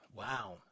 Wow